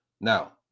Now